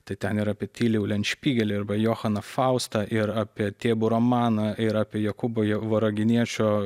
tai ten ir apie tilį ulenšpygelį arba johaną faustą ir apie tėbų romaną ir apie jokūbo varaginiečio